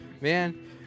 Man